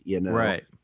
Right